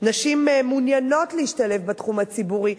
נשים מעוניינות להשתלב בתחום הציבורי.